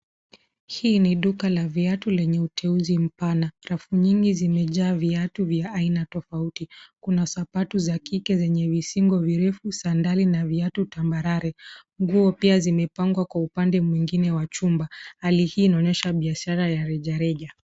Hii ni duka la viatu lenye uteuzi mpana. Rafu nyingi zimejaa viatu vya aina tofauti. Kuna sapatu za kike zenye visingo virefu, sandari na viatu tambarare. Nguo pia zimepangwa kwa upande mwingine wa chumba. Hali hii inaonyesha biashara ya rejereja.